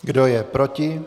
Kdo je proti?